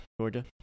Georgia